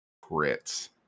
Grits